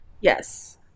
Yes